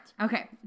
Okay